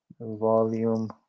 Volume